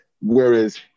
Whereas